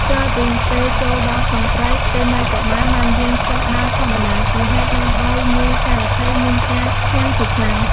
ក្រោយពីពេលចូលដល់ក្នុងព្រៃ តេមិយកុមារបានយាងចុះដើរធម្មតា ជាហេតុនាំឲ្យនាយសារថីមានការភាំងជាខ្លាំង។